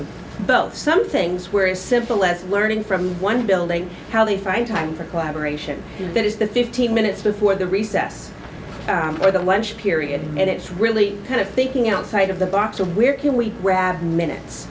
both some things where as simple as learning from one building how they find time for collaboration that is the fifteen minutes before the recess or the lunch period and it's really kind of thinking outside of the box where can we grab minutes